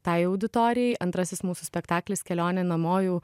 tai auditorijai antrasis mūsų spektaklis kelionė namo jau